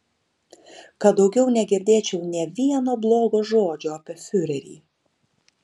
kad daugiau negirdėčiau nė vieno blogo žodžio apie fiurerį